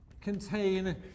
contain